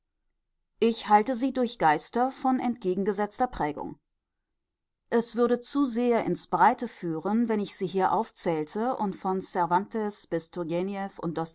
ich heilte sie durch geister von entgegengesetzter prägung es würde zu sehr ins breite führen wenn ich sie hier aufzählte und von cervantes bis turgeniew und